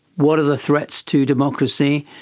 what are the threats to democracy,